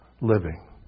living